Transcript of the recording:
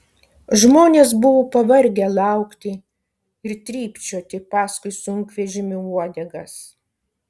žmonės buvo pavargę laukti ir trypčioti paskui sunkvežimių uodegas